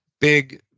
big